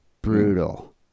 brutal